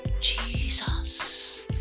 Jesus